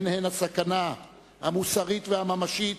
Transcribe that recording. הן-הן הסכנה המוסרית והממשית,